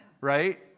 right